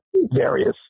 various